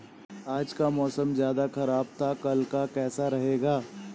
आज का मौसम ज्यादा ख़राब था कल का कैसा रहेगा?